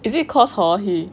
is it cause hor he